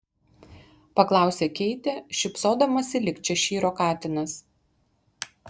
paklausė keitė šypsodamasi lyg češyro katinas